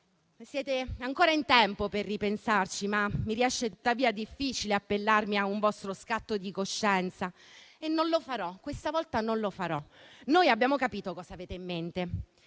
Siete ancora in tempo per ripensarci, ma mi riesce difficile appellarmi a un vostro scatto di coscienza, per cui non lo farò. Noi abbiamo capito cosa avete in mente;